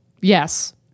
Yes